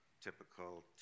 typical